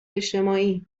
اجتماعی